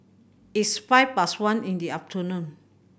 its five past one in the afternoon